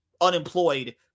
unemployed